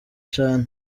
cane